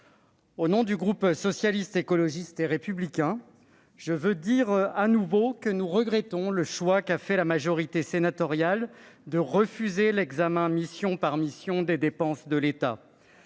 Au nom du groupe Socialiste, Écologiste et Républicain, je veux dire de nouveau que nous regrettons le choix de la majorité sénatoriale d'avoir refusé d'examiner mission par mission les dépenses de l'État.